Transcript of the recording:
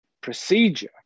procedure